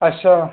अच्छा